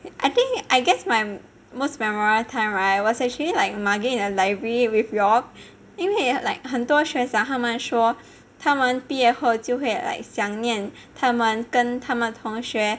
I think I guess my most memorable time [right] was actually like mugging in a library with you all 因为 like 很多学长他们说他们毕业后就会来想念他们跟他们同学